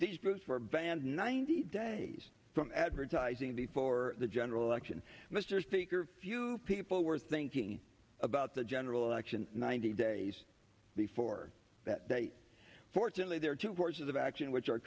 these votes for a band ninety days from advertising before the general election mr speaker few people were thinking about the general election ninety days before that date fortunately there are two courses of action which are